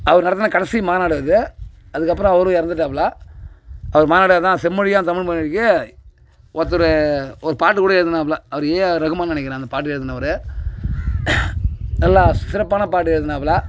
அவர் நடத்தின கடைசி மாநாடு அது அதுக்கப்புறம் அவரும் இறந்துட்டாப்புல அவர் மாநாடை தான் செம்மொழியாம் தமிழ் மொழிக்கு ஒருத்தர் ஒரு பாட்டு கூட எழுதுனாப்புல அவர் ஏ ஆர் ரகுமான்னு நினைக்கிறேன் அந்த பாட்டு எழுதுனவரு நல்லா சிறப்பான பாட்டு எழுதுனாப்புல